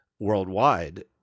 worldwide